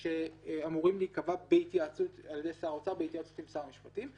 שאמורים להיקבע על ידי שר האוצר בהתייעצות עם שר המשפטים,